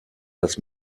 das